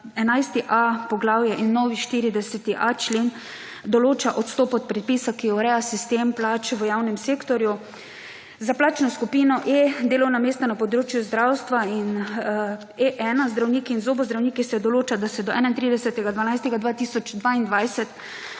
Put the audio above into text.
11.a poglavje in novi 40.a člen določa odstop od predpisa, ki ureja sistem plač v javnem sektorju. Za plačno skupino E, delovna mesta na področju zdravstva in E1, zdravniki in zobozdravniki se določa, da se do 31. 12. 2022